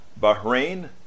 Bahrain